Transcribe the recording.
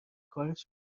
کارش